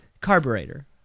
carburetor